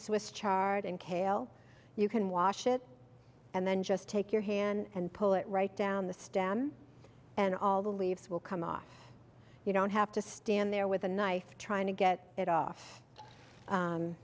swiss chard and kale you can wash it and then just take your hand and pull it right down the stem and all the leaves will come off you don't have to stand there with a knife trying to get it off